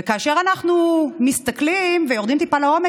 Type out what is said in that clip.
וכאשר אנחנו מסתכלים ויורדים טיפה לעומק,